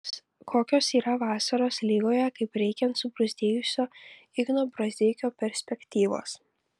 kokios yra vasaros lygoje kaip reikiant subruzdėjusio igno brazdeikio perspektyvos